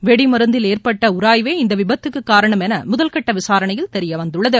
வெடிமருந்தில் ஏற்பட்ட உராய்வே இந்த விபத்துக்குக் காரணம் என முதல்கட்ட விசாரணையில் தெரிய வந்துள்ளது